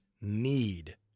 need